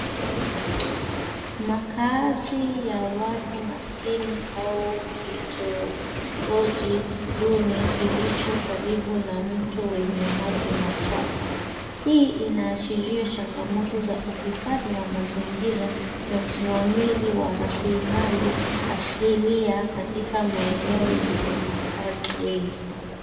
Makazi ya watu maskini au kitongoji duni kilicho karibu na mto wenye maji machafu. Hii inaashiria changamoto za uhifadhi wa mazingira na usimamizi wa rasilimali asilia katika maeneo yenye makazi mengi.